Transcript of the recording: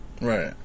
Right